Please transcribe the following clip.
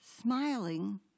Smiling